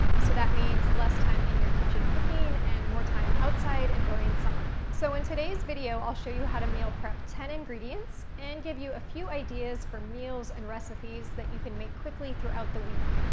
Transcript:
so, that means less time in your kitchen cooking and more time outside enjoying summer. so, in today's video, i'll show you how to meal prep ten ingredients and give you a few ideas for meals and recipes that you can make quickly throughout the week.